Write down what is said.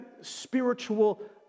spiritual